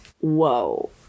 Whoa